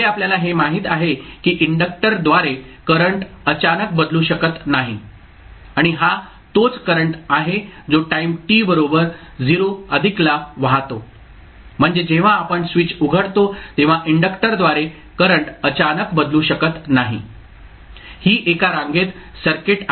पुढे आपल्याला हे माहित आहे की इंडक्टरद्वारे करंट अचानक बदलू शकत नाही आणि हा तोच करंट आहे जो टाईम t बरोबर 0 अधिक ला वाहतो म्हणजे जेव्हा आपण स्विच उघडतो तेव्हा इंडक्टरद्वारे करंट अचानक बदलू शकत नाही ही एका रांगेत सर्किट आहे